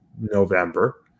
November